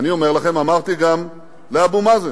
אני אומר לכם, אמרתי גם לאבו מאזן,